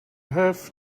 have